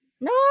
no